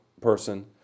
person